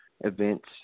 events